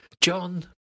John